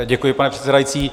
Děkuji, pane předsedající.